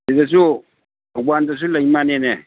ꯁꯤꯗꯁꯨ ꯊꯧꯕꯥꯜꯗꯁꯨ ꯂꯩ ꯃꯥꯂꯦꯅꯦ